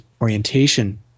orientation